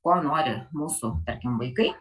ko nori mūsų tarkim vaikai